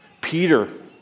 Peter